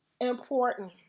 important